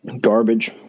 Garbage